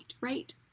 right